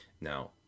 Now